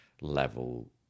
level